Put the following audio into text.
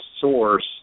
source